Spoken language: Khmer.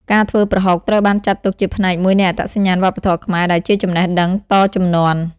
ការធ្វើប្រហុក ត្រូវបានចាត់ទុកជាផ្នែកមួយនៃអត្តសញ្ញាណវប្បធម៌ខ្មែរ ដែលជាចំណេះដឹងតជំនាន់។